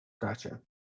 Gotcha